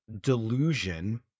delusion